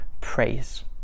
praise